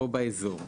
או באזור".